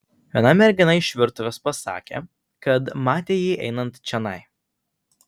viena mergina iš virtuvės pasakė kad matė jį einant čionai